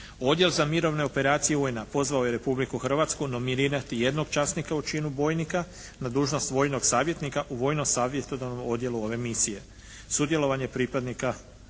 Odjel za mirovne operacije UN-a pozvao je Republiku Hrvatsku nominirati jednog časnika u činu bojnika na dužnost vojnog savjetnika u vojno-savjetodavnom odjelu ove misije. Sudjelovanje pripadnika